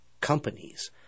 companies